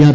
R